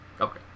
Okay